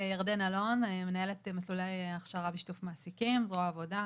אני מנהלת מסלולי הכשרה בשיתוף מעסיקים בזרוע העבודה,